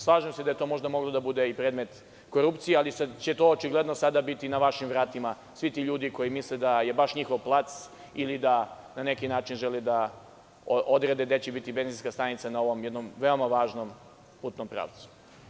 Slažem se da je to možda moglo da bude i predmet korupcije, ali će to očigledno sada biti na vašim vratima, svi ti ljudi koji misle da je baš njihov plac ili da na neki način žele da odrede gde će biti benzinska stanica na ovom jednom veoma važnom putnom pravcu.